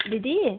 दिदी